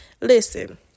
listen